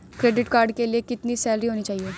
Credit card के लिए कितनी सैलरी होनी चाहिए?